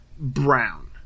brown